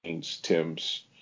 Tim's